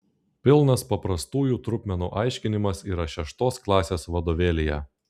pilnas paprastųjų trupmenų aiškinimas yra šeštos klasės vadovėlyje